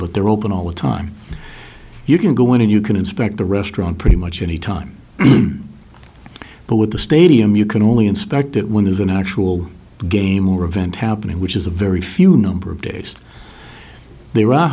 but they're open all the time you can go in and you can inspect the restaurant pretty much any time but with the stadium you can only inspect it when there's an actual game or event happening which is a very few number of days there